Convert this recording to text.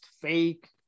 fake